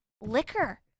liquor